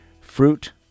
fruit